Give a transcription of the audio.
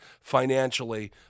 financially